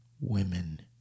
women